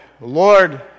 Lord